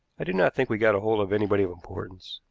i do not think we got hold of anybody of importance.